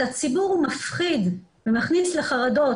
את הציבור הוא מפחיד ומכניס לחרדות,